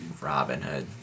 Robinhood